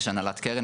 יש הנהלת קרן,